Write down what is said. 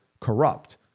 corrupt